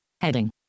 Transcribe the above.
heading